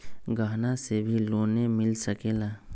गहना से भी लोने मिल सकेला?